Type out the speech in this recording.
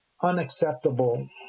unacceptable